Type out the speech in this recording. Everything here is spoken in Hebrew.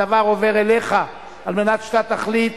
הדבר עובר אליך כדי שאתה תחליט,